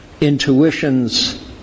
Intuitions